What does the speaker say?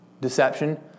Deception